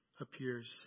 appears